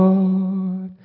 Lord